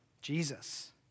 Jesus